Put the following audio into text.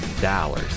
dollars